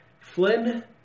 Flynn